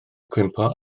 cwympo